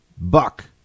Buck